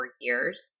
years